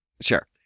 Sure